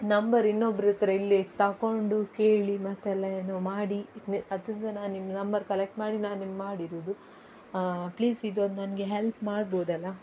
number ಇನ್ನೊಬ್ಬರತ್ರ ಇಲ್ಲೇ ತಗೊಂಡು ಕೇಳಿ ಮತ್ತೆಲ್ಲ ಏನೋ ಮಾಡಿ ಅದರಿಂದ ನಾನು ನಿಮ್ಮ ನಂಬರ್ ಕಲೆಕ್ಟ್ ಮಾಡಿ ನಾನು ನಿಮ್ಗೆ ಮಾಡಿರೋದು ಪ್ಲೀಸ್ ಇದೊಂದು ನನಗೆ ಹೆಲ್ಪ್ ಮಾಡ್ಬೋದಲ್ಲ